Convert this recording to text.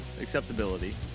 Acceptability